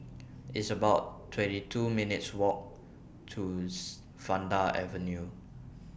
It's about twenty two minutes' Walk to Vanda Avenue